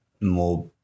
more